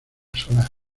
solar